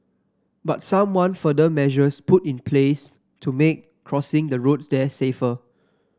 but some want further measures put in place to make crossing the road there safer